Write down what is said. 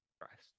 Christ